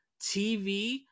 TV